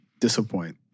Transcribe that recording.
disappoint